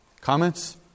Comments